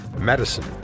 medicine